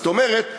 זאת אומרת,